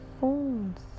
phones